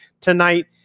tonight